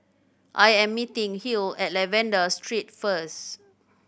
I am meeting Hill at Lavender Street first